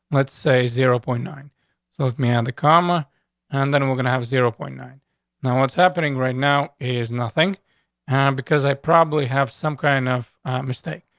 let's say, zero point nine so with me on the comma and then we're gonna have zero point nine now. what's happening right now is nothing and because i probably have some kind of mistake.